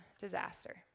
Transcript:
disaster